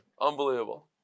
unbelievable